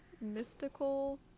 mystical